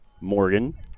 Morgan